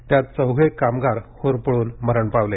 त्यात चौघे कामगार होरपळून मरण पावले